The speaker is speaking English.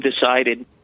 decided